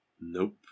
Nope